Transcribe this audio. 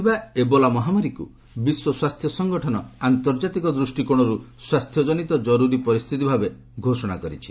Ebola କଙ୍ଗୋରେ ବ୍ୟାପିଥିବା Ebola ମହାମାରୀକୁ ବିଶ୍ୱ ସ୍ୱାସ୍ଥ୍ୟ ସଂଗଠନ ଆନ୍ତର୍ଜାତିକ ଦୃଷ୍ଟିକୋଣରୁ ସ୍ୱାସ୍ଥ୍ୟ ଜନିତ ଜରୁରୀ ପରିସ୍ଥିତି ଭାବେ ଘୋଷଣା କରିଛି